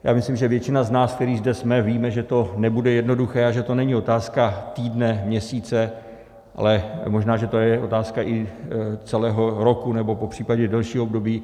A myslím, že většina z nás, kteří zde jsme, víme, že to nebude jednoduché a že to není otázka týdne, měsíce, ale možná, že to je otázka i celého roku, nebo popř. delšího období.